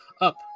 up